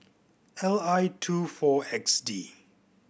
L I two four X D